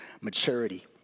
maturity